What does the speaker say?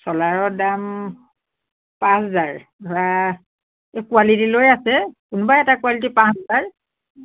ছোলাৰৰ দাম পাঁচ হেজাৰ ধৰা এই কুৱালিটী লৈ আছে কোনোবা এটা কুৱালিটি পাঁচ হাজাৰ